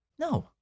No